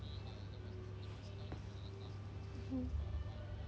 mm